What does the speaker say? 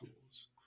tools